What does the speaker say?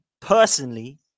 personally